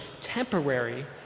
temporary